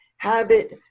habit